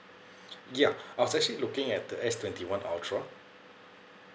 ya I was actually looking at the S twenty one ultra